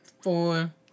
four